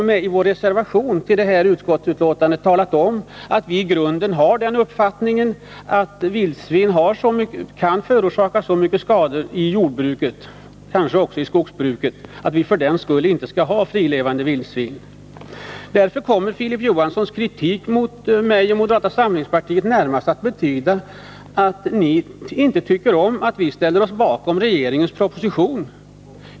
Vi har i vår reservation till detta utskottsbetänkande t.o.m. talat om att vi i grunden har den uppfattningen att vildsvin kan förorsaka så stora skador i jordbruket, kanske också i skogsbruket, att vi för den skull inte skall ha frilevande vildsvin. Därför får Filip Johanssons kritik mot mig och moderata samlingspartiet närmast den innebörden att ni inte tycker om att vi ställer oss bakom regeringens proposition.